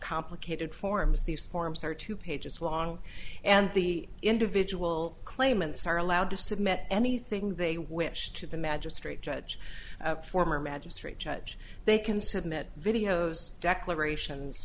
complicated forms these forms are two pages long and the individual claimants are allowed to submit anything they wish to the magistrate judge former magistrate judge they can submit videos declarations